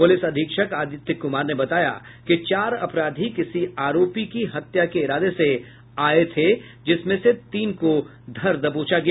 police अधीक्षक आदित्य कुमार ने बताया कि चार अपराधी किसी आरोपी की हत्या के इरादे से आये थे जिसमें से तीन को धर दबोचा गया